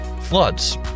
Floods